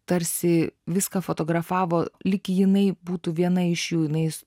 tarsi viską fotografavo lyg jinai būtų viena iš jų jinai